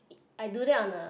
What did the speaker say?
I do that on a